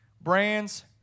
brands